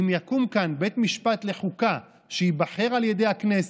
אם יקום כאן בית משפט לחוקה שייבחר על ידי הכנסת,